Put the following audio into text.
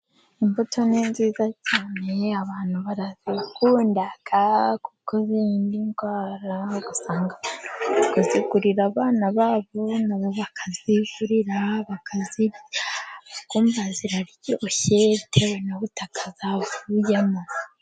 Imbuto ni nziza cyane abantu barazikunda kuko zirinda indwara, ugasanga abantu bari kuzigurira abana babo na bo bakazigurira bakazirya, bakumva ziryoshye bitewe n' ubutaka zavuyemo.